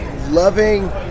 loving